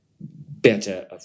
better